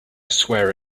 swear